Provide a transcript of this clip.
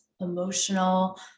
emotional